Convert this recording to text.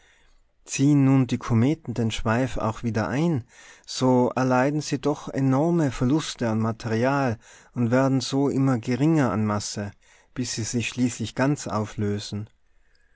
ziehen nun die kometen den schweif auch wieder ein so erleiden sie doch enorme verluste an materie und werden so immer geringer an masse bis sie sich schließlich ganz auflösen